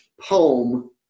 poem